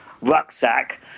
rucksack